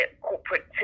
corporate